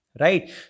Right